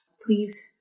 please